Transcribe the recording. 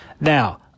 Now